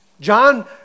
John